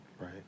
Right